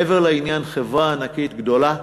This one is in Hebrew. מעבר לעניין, חברה ענקית, גדולה,